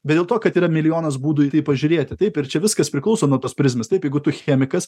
bet dėl to kad yra milijonas būdų į tai pažiūrėti taip ir čia viskas priklauso nuo tos prizmės taip jeigu tu chemikas